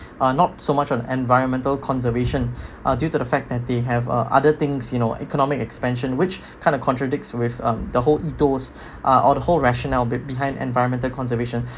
uh not so much of environmental conservation uh due to the fact that they have uh other things you know economic expansion which kind of contradicts with um the whole ethos uh or the whole rationale behind environmental conservation